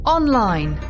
Online